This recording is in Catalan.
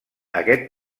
aquest